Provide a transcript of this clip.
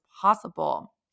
possible